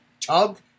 tug